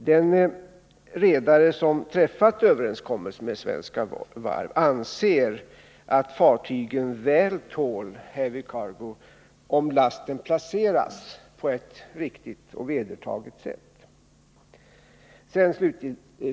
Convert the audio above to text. Den redare som träffat överenskommelsen med Svenska Varv anser att fartygen väl tål heavy cargo, om lasten placeras på ett riktigt och vedertaget sätt.